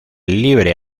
libre